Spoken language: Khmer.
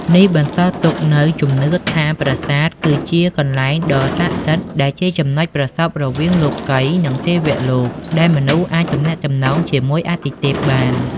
នេះបន្សល់ទុកនូវជំនឿថា ប្រាសាទគឺជាកន្លែងដ៏ស័ក្តិសិទ្ធិដែលជាចំណុចប្រសព្វរវាងលោកិយ និងទេវលោក ដែលមនុស្សអាចទំនាក់ទំនងជាមួយអាទិទេពបាន។